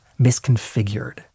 misconfigured